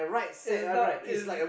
it is not is